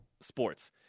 sports